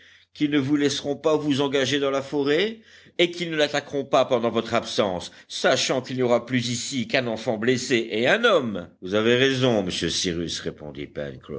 qu'ils ne vous laisseront pas vous engager dans la forêt et qu'ils ne l'attaqueront pas pendant votre absence sachant qu'il n'y aura plus ici qu'un enfant blessé et un homme vous avez raison monsieur cyrus répondit